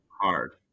Hard